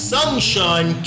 Sunshine